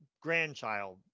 grandchild